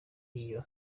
iyo